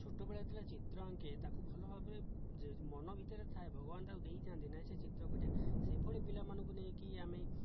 ଛୋଟବେଳେ ଯେତେବେଳେ ଚିତ୍ର ଆଙ୍କେ ତାକୁ ଭଲ ଭାବେ ଯେ ମନ ଭିତରେ ଥାଏ ଭଗବାନ ତାକୁ ଦେଇଥାନ୍ତି ନାହିଁ ସେ ଚିତ୍ର କରିବ ସେହିଭଳି ପିଲାମାନଙ୍କୁ ନେଇକି ଆମେ